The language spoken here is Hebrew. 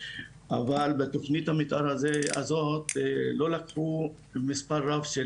אבל בתכנית המתאר הזו לא לקחו מספר רב של